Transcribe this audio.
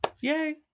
Yay